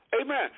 amen